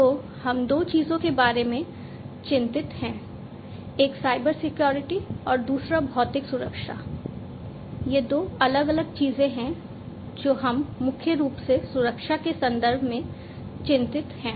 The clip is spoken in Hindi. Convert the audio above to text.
तो हम दो चीजों के बारे में चिंतित हैं एक साइबर सिक्योरिटी है और दूसरा भौतिक सुरक्षा ये दो अलग अलग चीजें हैं जो हम मुख्य रूप से सुरक्षा के संदर्भ में चिंतित हैं